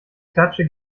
klatsche